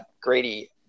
Grady